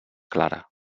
clara